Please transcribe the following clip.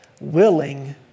Willing